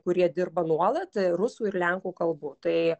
kurie dirba nuolat rusų ir lenkų kalbų tai